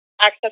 access